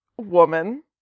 woman